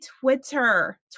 Twitter